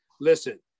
Listen